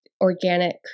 organic